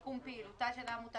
מקום פעילותה של העמותה,